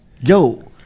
Yo